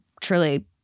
truly